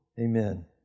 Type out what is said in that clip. Amen